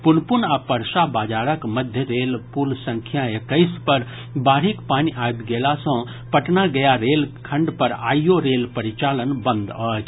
पुनपुन आ परसा बाजारक मध्य रेल पुल संख्या एक्कैस पर बाढ़िक पानि आबि गेला सँ पटना गया रेलखंड पर आइयो रेल परिचालन बंद अछि